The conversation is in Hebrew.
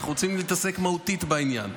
אנחנו רוצים להתעסק מהותית בעניין.